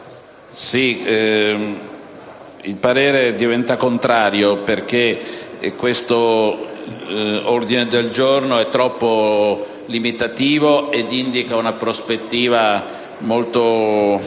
il parere diventa contrario, perche´ questo ordine del giorno etroppo limitativo ed indica una prospettiva molto